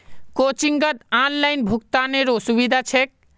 कोचिंगत ऑनलाइन भुक्तानेरो सुविधा छेक